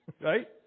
right